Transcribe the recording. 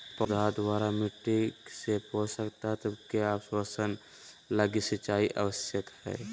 पौधा द्वारा मिट्टी से पोषक तत्व के अवशोषण लगी सिंचाई आवश्यक हइ